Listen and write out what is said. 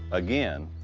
again,